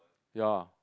ya